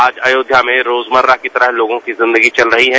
आज अयोध्या में रोजमर्रा की तरह लोगों की जिंदगी चल रही है